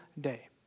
day